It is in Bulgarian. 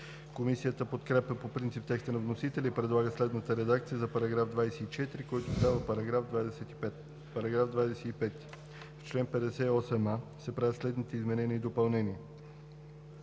Комисията подкрепя по принцип текста на вносителя и предлага следната редакция за § 4, който става § 3: „§ 3. В чл. 5 се правят следните изменения и допълнения: